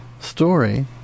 story